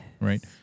right